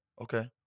Okay